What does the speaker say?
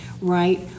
right